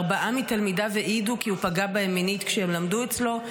שארבעה מתלמידיו העידו כי הוא פגע בהם מינית כשהם למדו אצלו.